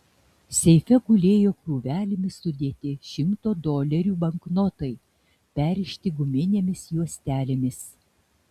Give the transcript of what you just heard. seife gulėjo krūvelėmis sudėti šimto dolerių banknotai perrišti guminėmis juostelėmis